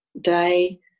day